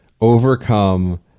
overcome